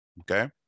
Okay